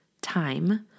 time